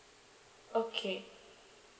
okay